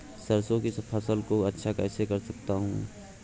सरसो की फसल को अच्छा कैसे कर सकता हूँ?